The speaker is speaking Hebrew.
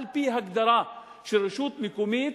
על-פי הגדרה שרשות מקומית